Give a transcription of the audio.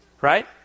right